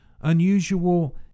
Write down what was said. unusual